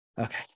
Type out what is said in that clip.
Okay